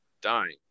Dying